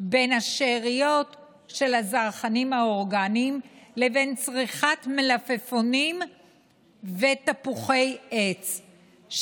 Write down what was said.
בין השאריות של הזרחנים האורגניים לבין צריכת מלפפונים ותפוחי עץ.